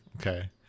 Okay